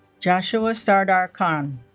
joshua sardar khan